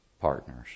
partners